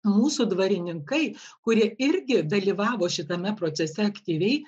mūsų dvarininkai kurie irgi dalyvavo šitame procese aktyviai